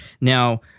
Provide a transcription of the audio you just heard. Now